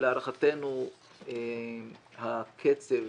להערכתנו הקצב